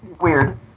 weird